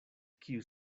kiu